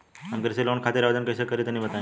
हम कृषि लोन खातिर आवेदन कइसे करि तनि बताई?